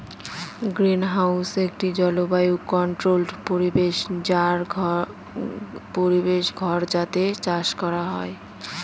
greenhouse একটি জলবায়ু controlled পরিবেশ ঘর যাতে চাষ করা হয়